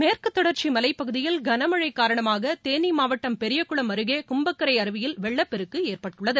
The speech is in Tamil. மேற்கு தொடர்ச்சி மலைப் பகுதியில் களமழை காரணமாக தேனி மாவட்டம் பெரியகுளம் அருகே கும்பக்கரை அருவியில் வெள்ளப் பெருக்கு ஏற்பட்டுள்ளது